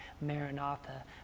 Maranatha